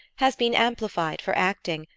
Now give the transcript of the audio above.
has been amplified for acting,